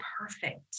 perfect